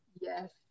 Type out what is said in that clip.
Yes